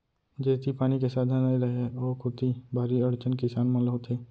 जेती पानी के साधन नइ रहय ओ कोती भारी अड़चन किसान मन ल होथे